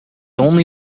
only